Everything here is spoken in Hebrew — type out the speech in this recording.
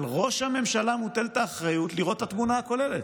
על ראש הממשלה מוטלת האחריות לראות את התמונה הכוללת,